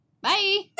bye